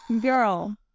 Girl